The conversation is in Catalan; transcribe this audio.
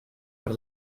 per